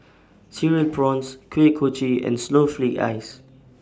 Cereal Prawns Kuih Kochi and Snowflake Ice